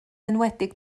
enwedig